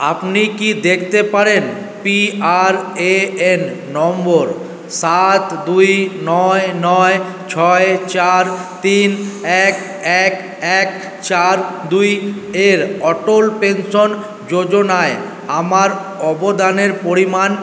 আপনি কি দেখতে পারেন পিআরএএন নম্বর সাত দুই নয় নয় ছয় চার তিন এক এক এক চার দুই এর অটল পেনশন যোজনায় আমার অবদানের পরিমাণ